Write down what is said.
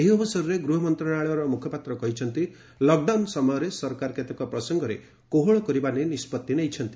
ଏହି ଅବସରରେ ଗୃହମନ୍ତ୍ରଣାଳୟର ମୁଖପାତ୍ର କହିଛନ୍ତି ଲକଡାଉନ ସମୟରେ ସରକାର କେତେକ ପ୍ରସଙ୍ଗରେ କୋହଳ କରିବା ନେଇ ନିଷ୍ପଭି ନେଇଛନ୍ତି